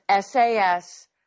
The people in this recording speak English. SAS